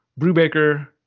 brubaker